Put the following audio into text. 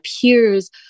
peers